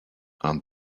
and